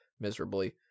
miserably